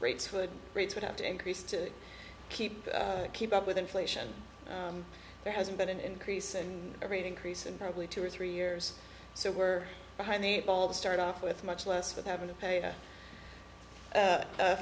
rates would rates would have to increase to keep keep up with inflation there hasn't been an increase in every increase in probably two or three years so we're behind the eight ball to start off with much less with having to pay